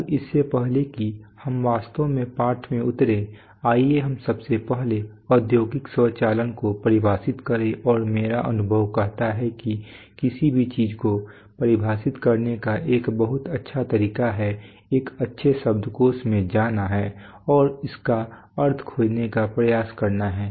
अब इससे पहले कि हम वास्तव में पाठ में उतरें आइए हम सबसे पहले औद्योगिक स्वचालन को परिभाषित करें और मेरा अनुभव कहता है कि किसी भी चीज़ को परिभाषित करने का एक बहुत अच्छा तरीका है एक अच्छे शब्दकोश में जाना है और इसका अर्थ खोजने का प्रयास करना है